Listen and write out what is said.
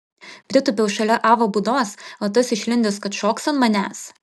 pritūpiau šalia avo būdos o tas išlindęs kad šoks ant manęs